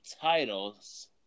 titles